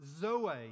zoe